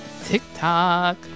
tiktok